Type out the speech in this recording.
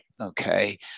okay